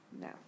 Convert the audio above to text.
No